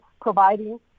providing